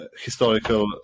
historical